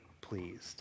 pleased